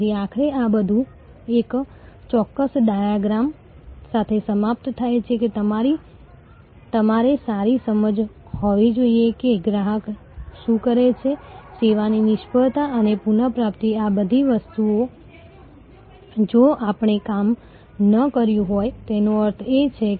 પરંતુ આ દિવસોમાં તમે ટેલિફોનની શક્તિ અને સમગ્ર ભારતમાં ફોનના વધુ પ્રવેશ સાથે જુઓ છો તેમ ઘણા રેડિયો કાર્યક્રમોમાં તકો છે